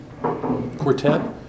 quartet